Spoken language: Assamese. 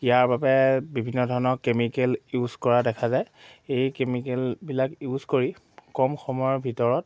ইয়াৰ বাবে বিভিন্ন ধৰণৰ কেমিকেল ইউজ কৰা দেখা যায় এই কেমিকেলবিলাক ইউজ কৰি কম সময়ৰ ভিতৰত